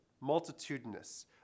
multitudinous